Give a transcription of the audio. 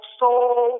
soul